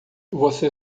você